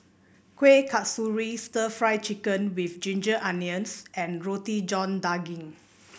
Kueh Kasturi stir Fry Chicken with Ginger Onions and Roti John Daging